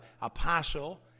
apostle